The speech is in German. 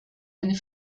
eine